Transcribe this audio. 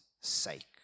sake